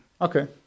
okay